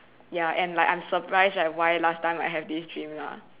ya and like I'm surprised at why last time I have this dream lah